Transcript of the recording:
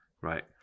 right